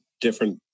different